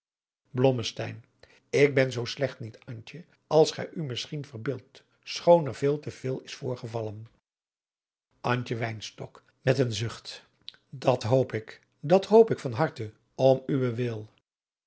ik ben zoo slecht niet antje als gij u misschien verbeeldt schoon er veel te veel is voorgevallen antje wynstok dat hoop ik dat hoop ik van harte om uwen wil